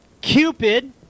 cupid